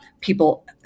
people